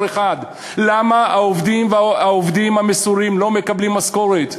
אחד: למה העובדים המסורים לא מקבלים משכורת?